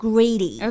Greedy